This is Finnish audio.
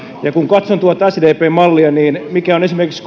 kun katson sdpn mallia niin mikä on esimerkiksi